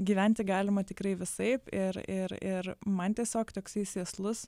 gyventi galima tikrai visaip ir ir ir man tiesiog toksai sėslus